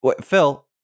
Phil